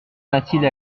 mathilde